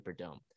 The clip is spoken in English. Superdome